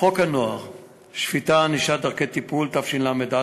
חוק הנוער (שפיטה, ענישה ודרכי טיפול), התשל"א